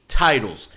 titles